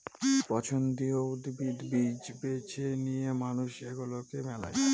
পছন্দীয় উদ্ভিদ, বীজ বেছে নিয়ে মানুষ সেগুলাকে মেলায়